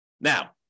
now